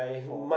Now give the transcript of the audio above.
oh